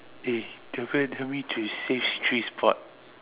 eh do you feel do you want me to save three spots